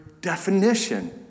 definition